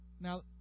Now